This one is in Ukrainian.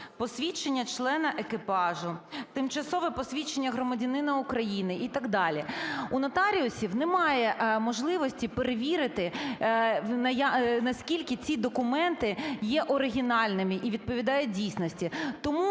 посвідчення члена екіпажу, тимчасове посвідчення громадянина України і так далі. У нотаріусів немає можливості перевірити, наскільки ці документи є оригінальними і відповідають дійсності.